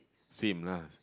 same lah